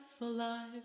alive